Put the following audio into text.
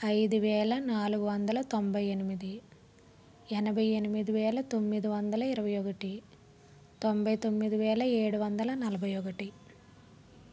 ఐదు వేల నాలుగు వందల తొంభై ఎనిమిది ఎనభై ఎనిమిది వేల తొమ్మిది వందల ఇరవై ఒకటి తొంభై తొమ్మిది వేల ఏడు వందల నలభై ఒకటి